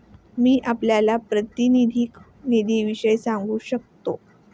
मी आपल्याला प्रातिनिधिक निधीविषयी सांगू शकतो